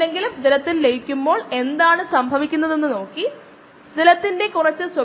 1 min 20 മില്ലിമോളറിൽ നിന്ന് ആരംഭിച്ച് X സാന്ദ്രത 7